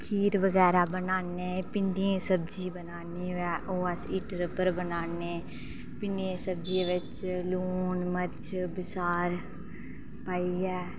खीर बगैरा बनान्ने भिंडियें दी सब्जी बनानी होऐ ओह् अस हीटर उप्पर बनाने पिंडिएं दी सब्जी बिच लून मर्च बसार पाइयै